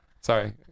Sorry